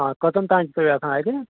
آ کٔژَن تانۍ چھِ تُہۍ آسان اَتہِ